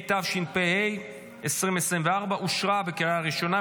התשפ"ה 2024, בקריאה ראשונה.